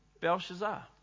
Belshazzar